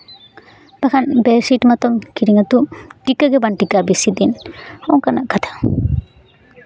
ᱵᱟᱠᱷᱟᱱ ᱵᱮᱰᱥᱤᱴ ᱢᱟᱛᱚᱢ ᱠᱤᱨᱤᱧᱟ ᱛᱳ ᱴᱤᱠᱟᱹ ᱜᱮᱵᱟᱝ ᱴᱤᱠᱟᱹᱜᱼᱟ ᱵᱮᱥᱤ ᱫᱤᱱ ᱚᱱᱠᱟᱱᱟᱜ ᱠᱟᱛᱷᱟ